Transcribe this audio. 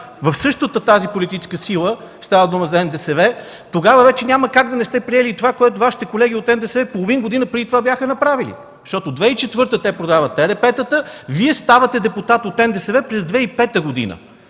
в същата тази политическа сила – става дума за НДСВ, тогава вече няма как да не сте приели това, което Вашите колеги от НДСВ половин година преди това бяха направили. Защото през 2004 г. те продават ЕРП-тата, Вие ставате депутат от НДСВ през 2005 г.